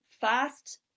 fast